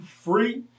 Free